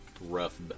rough